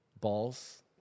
balls